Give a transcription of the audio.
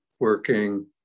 working